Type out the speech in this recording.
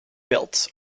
belts